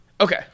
Okay